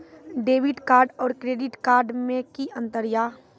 Debit card और credit card मे कि अंतर या?